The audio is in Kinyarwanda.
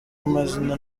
amazina